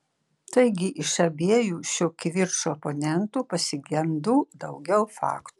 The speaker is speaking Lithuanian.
taigi iš abiejų šio kivirčo oponentų pasigendu daugiau faktų